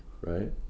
right